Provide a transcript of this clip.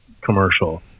commercial